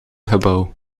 gebouw